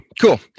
cool